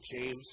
James